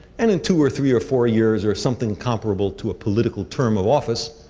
and in two, or three, or four years or something comparable to a political term of office,